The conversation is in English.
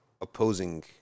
opposing